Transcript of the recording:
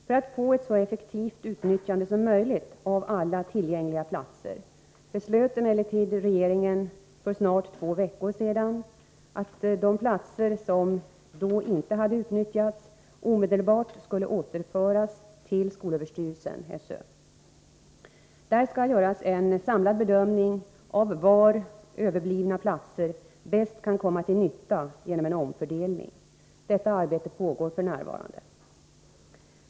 För att få ett så effektivt utnyttjande som möjligt av alla tillgängliga platser beslöt emellertid regeringen för snart två veckor sedan att de platser, som då inte hade utnyttjats, omedelbart skulle återföras till skolöverstyrelsen . Där skall göras en samlad bedömning av var överblivna platser bäst kan komma till nytta genom en omfördelning. Detta arbete pågår f.n.